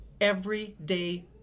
everyday